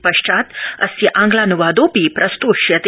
पश्चात् अस्य आंग्लानुवादोऽपि प्रस्तोष्यते